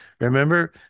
Remember